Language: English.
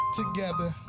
together